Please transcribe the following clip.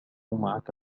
معك